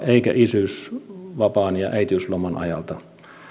eikä isyysvapaan ja äitiysloman ajalta